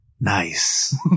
nice